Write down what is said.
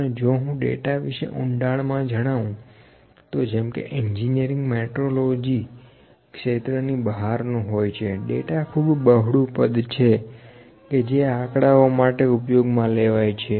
અને જો હું ડેટા વિશે ઊંડાણમાં જણાવું તો જેમકે એન્જિનિયરિંગ મેટ્રોલોજી ક્ષેત્ર ની બહારનું હોય છે ડેટા ખૂબ બહોળું પદ છે કે જે આંકડાઓ માટે ઉપયોગમાં લેવાય છે